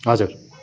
हजुर